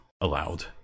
allowed